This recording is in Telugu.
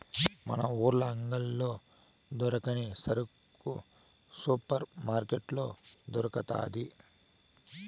మన ఊర్ల అంగిల్లో దొరకని సరుకు సూపర్ మార్కట్లో దొరకతాది